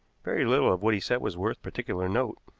very little of what he said was worth particular note.